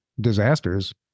disasters